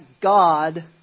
God